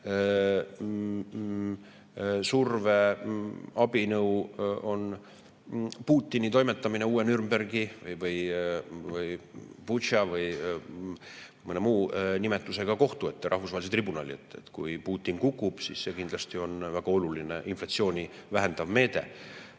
abinõu on Putini toimetamine uue Nürnbergi või Butša või mõne muu nimetusega kohtu ette, rahvusvahelise tribunali ette. Kui Putin kukub, siis see kindlasti on väga oluline inflatsiooni vähendav [mõjur]